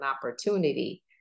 opportunity